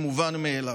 מובן מאליו.